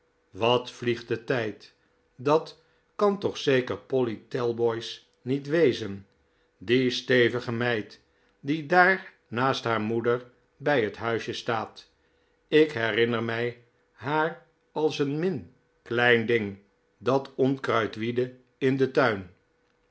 wat vliegt de tijd dat kan toch zeker polly talboys niet wezen die stevige meid die daar naast haar moeder bij het huisje staat ik herinner mij haar als een min klein ding dat onkruid wiedde in den tuin